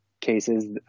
cases